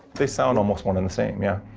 they sound almost one and the same, yeah.